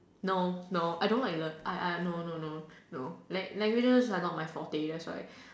no no I don't like the I I no no no no languages are not my forte that's why